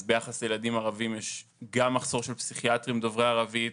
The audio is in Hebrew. אז ביחס לילדים ערבים יש גם מחסור של פסיכיאטרים דוברי ערבית,